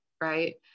Right